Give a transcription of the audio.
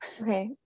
Okay